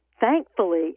thankfully